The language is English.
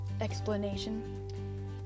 explanation